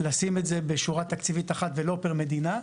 לשים את זה בשורה תקציבית אחת ולא עבור כל מדינה ומדינה,